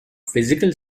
physical